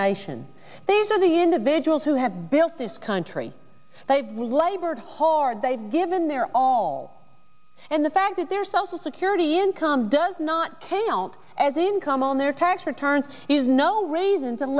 nation these are the individuals who have built this country they've labored hard they've given their all and the fact that their social security income does not count as income on their tax return is no raisins and